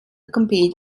compete